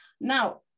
Now